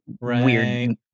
weird